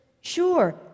Sure